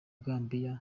gambia